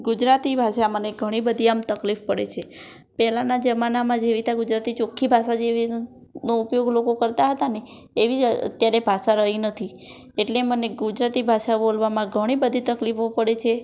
ગુજરાતી ભાષા મને ઘણી બધી આમ તકલીફ પડે છે પહેલાંના જમાનામાં જેવી રીતનાં ગુજરાતી ચોખ્ખી ભાષા જેવીનો ઉપયોગ લોકો કરતા હતા ને એવી જ અત્યારે ભાષા રહી નથી એટલે મને ગુજરાતી ભાષા બોલવામાં ઘણીબધી તકલીફો પડે છે